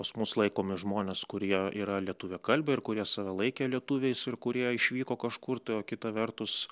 pas mus laikomi žmones kurie yra lietuviakalbiai ir kurie save laikė lietuviais ir kurie išvyko kažkur tai o kita vertus